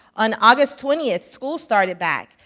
on august twentieth, school started back,